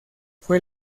fue